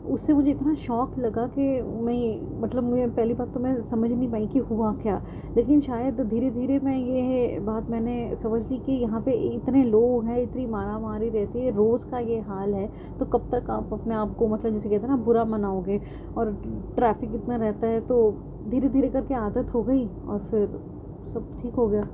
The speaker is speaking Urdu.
اس سے مجھے اتنا شوک لگا کہ میں مطلب میں پہلی بات تو میں سمجھ نہیں پائی کہ ہوا کیا لیکن شاید دھیرے دھیرے میں یہ بات میں نے سمجھ لی کہ یہاں پہ اتنے لوگ ہیں اتنی مارا ماری رہتی ہے روز کا یہ حال ہے تو کب تک آپ اپنے آپ کو مطلب جسے کہتے ہیں نا برا مناؤ گے اور ٹرافک اتنا رہتا ہے تو دھیرے دھیرے کر کے عادت ہو گئی اور پھر سب ٹھیک ہو گیا